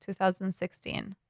2016